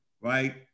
right